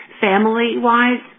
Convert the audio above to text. family-wise